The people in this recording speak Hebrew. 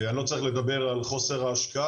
אני לא צריך לדבר על חוסר ההשקעה,